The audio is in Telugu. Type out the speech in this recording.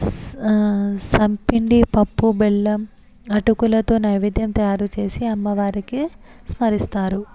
స చప్పిడి పప్పు బెల్లం అటుకులతో నైవేద్యం తయారు చేసి అమ్మవారికి స్మరిస్తారు